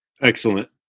Excellent